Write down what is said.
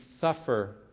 suffer